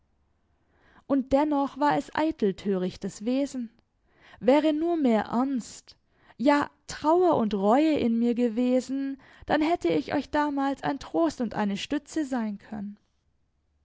und dennoch war es eitel törichtes wesen wäre nur mehr ernst ja trauer und reue in mir gewesen dann hätte ich euch damals ein trost und eine stütze sein können